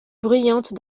bruyante